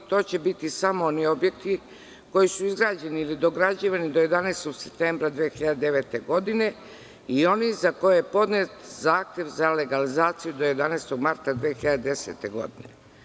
To će biti samo oni objekti koji su izgrađeni ili dograđivani do 11. septembra 2009. godine i oni za koje je podnet zahtev za legalizaciju do 11. marta 2010. godine.